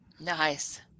Nice